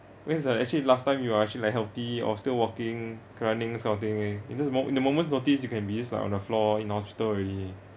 when is the actually last time you are actually like healthy or still walking running this kind of thing eh in just mo~ in the moment's notice you can be just like on the floor in the hospital already